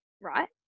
right